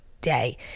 day